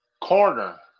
Corner